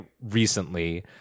recently